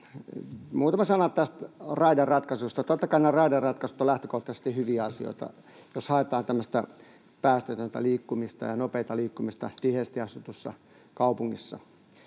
Muutama sana näistä raideratkaisuista. Totta kai nämä raideratkaisut ovat lähtökohtaisesti hyviä asioita, jos haetaan tämmöistä päästötöntä liikkumista ja nopeaa liikkumista tiheästi asutussa kaupungissa.